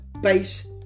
bass